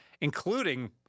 including